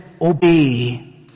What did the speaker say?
obey